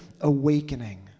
awakening